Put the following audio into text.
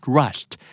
rushed